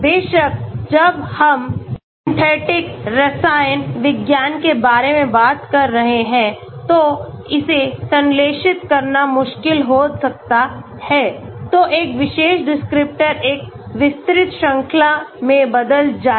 बेशक जब हम सिंथेटिक रसायन विज्ञान के बारे में बात कर रहे हैं तो इसे संश्लेषित करना मुश्किल हो सकता है तो एक विशेष डिस्क्रिप्टर एक विस्तृत श्रृंखला में बदल जाए